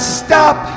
stop